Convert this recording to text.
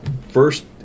first